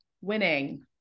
winning